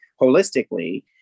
holistically